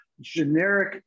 generic